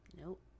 Nope